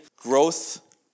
growth